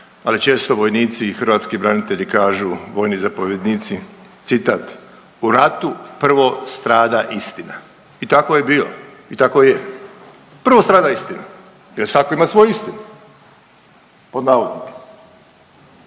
ali često vojnici i hrvatski branitelji kažu, vojni zapovjednici, citat, u ratu prvo strada istina i tako je bilo i tako je, prvo strada istina jel svako ima svoju istinu pod navodnike.